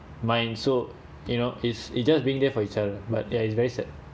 mine so you know is it just being there for itself lah but ya it's very sad